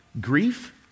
Grief